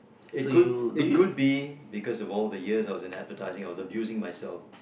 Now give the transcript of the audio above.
it could it could be because of all the years I was in advertising I was abusing myself